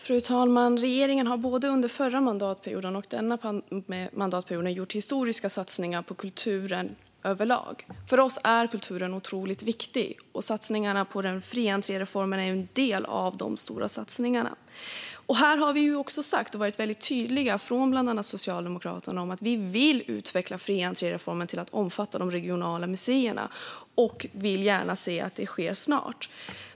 Fru talman! Regeringen har både under förra mandatperioden och denna mandatperiod gjort historiska satsningar på kulturen överlag. För oss socialdemokrater är kulturen otroligt viktig, och satsningarna på fri entré-reformen är en del av de stora satsningarna. Bland annat vi socialdemokrater har varit tydliga med att vi vill utveckla fri entré-reformen till att omfatta de regionala museerna och vill gärna se att det sker snart.